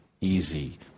easy